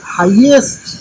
highest